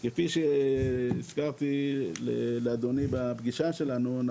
לפי מה שהזכרתי לאדוני בפגישה שלנו,